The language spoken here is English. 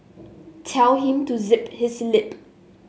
tell him to zip his lip